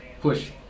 push